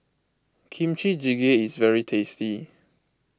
Kimchi Jjigae is very tasty